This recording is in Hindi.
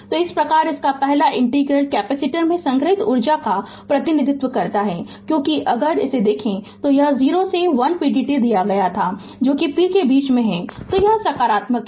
तो इस प्रकार पहला इंटीग्रल कैपेसिटर में संग्रहीत ऊर्जा का प्रतिनिधित्व करता है क्योंकि अगर देखें कि यह 0 से 1 pdt दिया गया है जो कि p के बीच में है तो सकारात्मक है